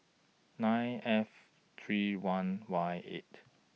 nine F three one Y eight